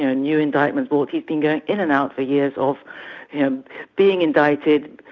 and new indictments brought, he's been going in and out for years of and being indicted,